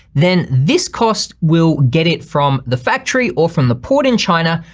then this cost will get it from the factory or from the port in china,